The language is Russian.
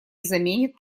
заменит